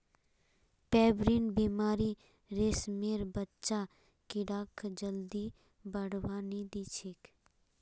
pebrine बीमारी रेशमेर बच्चा कीड़ाक जल्दी बढ़वा नी दिछेक